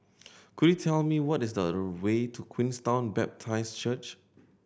could you tell me what is the way to Queenstown Baptist Church